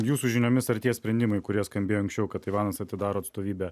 jūsų žiniomis ar tie sprendimai kurie skambėjo anksčiau kad taivanas atidaro atstovybę